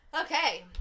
Okay